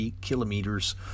kilometers